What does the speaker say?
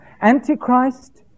Antichrist